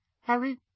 Harry